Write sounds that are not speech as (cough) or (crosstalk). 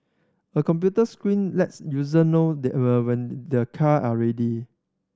a computer screen lets user know there (unintelligible) when their car are ready